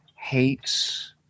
hates